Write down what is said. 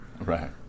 right